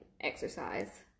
exercise